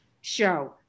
show